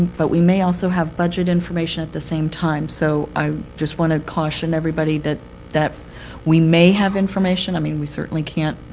but we may also have budget information at the same time. so i just want to caution everybody that that we may have information. i mean we certainly can't,